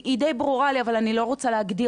היא די ברורה לי אבל אני לא רוצה להגדיר